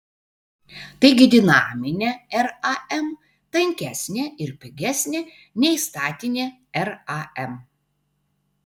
taigi dinaminė ram tankesnė ir pigesnė nei statinė ram